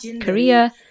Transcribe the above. Korea